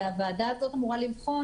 והוועדה הזאת אמורה לבחון,